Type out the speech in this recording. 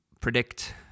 predict